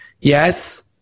yes